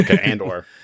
andor